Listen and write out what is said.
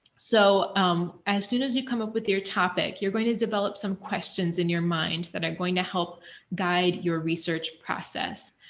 so as soon as you come up with your topic. you're going to develop some questions in your mind that are going to help guide your research process.